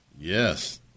Yes